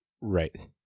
Right